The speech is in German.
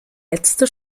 letzte